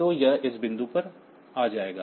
तो यह इस बिंदु पर आ जाएगा